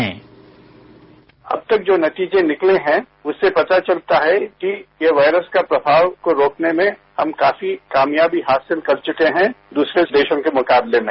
sound bite अब तक जो नतीजे निकले है उससे पता चलता है कि वायरस का प्रमाव को रोकने में हम काफी कामयाबी हासिल कर चुके हैं दूसरे देशों के मुकाबले में